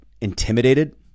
intimidated